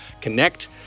connect